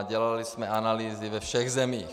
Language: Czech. Dělali jsme analýzy ve všech zemích.